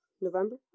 November